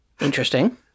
Interesting